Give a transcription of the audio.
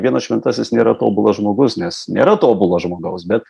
vienas šventasis nėra tobulas žmogus nes nėra tobulo žmogaus bet